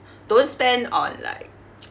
don't spend on like